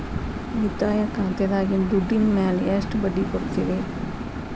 ಉಳಿತಾಯ ಖಾತೆದಾಗಿನ ದುಡ್ಡಿನ ಮ್ಯಾಲೆ ಎಷ್ಟ ಬಡ್ಡಿ ಕೊಡ್ತಿರಿ?